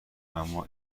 اما